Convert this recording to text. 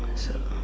so